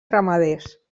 ramaders